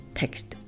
text